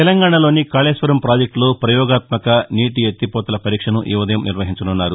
తెలంగాణలోని కాళేశ్వరం పాజెక్టులో ప్రయోగాత్మక నీటి ఎత్తిపోతల పరీక్షను ఈఉదయం నిర్వహించనున్నారు